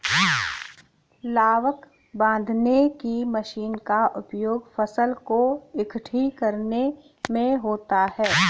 लावक बांधने की मशीन का उपयोग फसल को एकठी करने में होता है